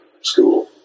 school